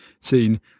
seen